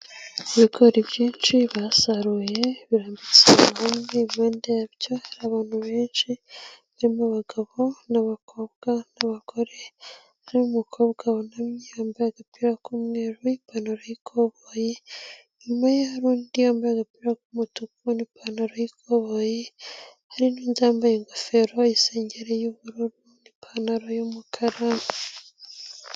Ibigori byinshi basaruye birambitse ubu mde yabyo hari abantu benshi zimo abagabo n'abakobwa n'abagore n'umukobwa bunamye yambaye agapira k'umweru ipantaro y'koboye nyuma undi yambaye agapira k'umutuku n ipantaro y'ikwabaye hari n' za yambaye ingofero ayisengere y'ubururu n'ipantaro y'umukara.